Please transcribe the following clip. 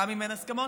גם אם אין הסכמות,